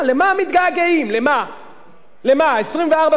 24 שעות של געגוע, ים של געגוע.